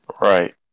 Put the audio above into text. Right